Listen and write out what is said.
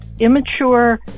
immature